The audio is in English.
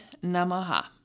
namaha